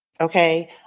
okay